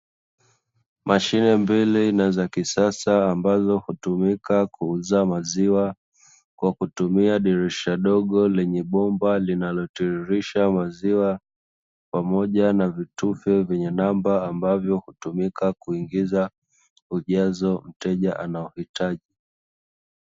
Mashine mbili na za kisasa ambazo hutumika kuuza maziwa kwa kutumia dirisha dogo lenye bomba linalotiririsha maziwa, pamoja na vitufe vyenye namba ambavyo hutumika kuingiza ujazo mteja anaohitaji.